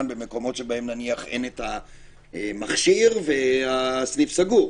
במקומות שבהם נניח אין מכשיר והסניף סגור.